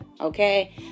okay